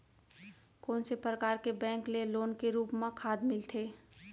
कोन से परकार के बैंक ले लोन के रूप मा खाद मिलथे?